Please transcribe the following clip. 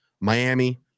Miami